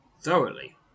thoroughly